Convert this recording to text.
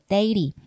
Daily